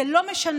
זה לא משנה.